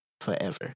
forever